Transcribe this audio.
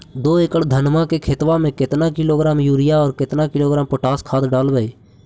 दो एकड़ धनमा के खेतबा में केतना किलोग्राम युरिया और केतना किलोग्राम पोटास खाद डलबई?